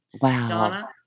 Wow